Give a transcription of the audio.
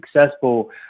successful